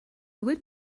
would